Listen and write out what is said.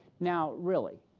now, really,